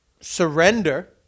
Surrender